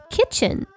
Kitchen